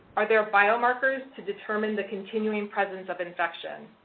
are there bio-markers to determine the continuing presence of infection?